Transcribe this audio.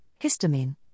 histamine